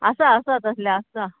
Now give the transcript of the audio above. आसा आसा तसले आसा